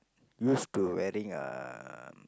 used to wearing um